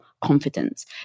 confidence